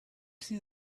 see